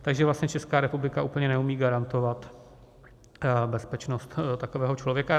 Takže vlastně Česká republika úplně neumí garantovat bezpečnost takového člověka.